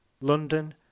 London